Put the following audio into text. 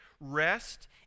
Rest